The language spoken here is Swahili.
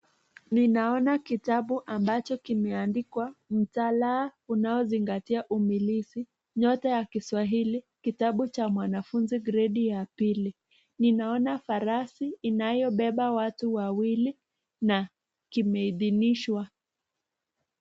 Ninaona kitabu ambacho kimeandikwa: Mtaala unaozingatia umilisi. Nyota ya Kiswahili, Kitabu cha mwanafunzi Gredi ya pili. Ninaona farasi inayobeba watu wawili na kimeidhinishwa.